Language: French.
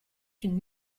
une